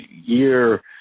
year